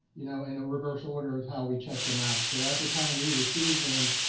you know, in a reverse order of how we check them out. so at the time we received them,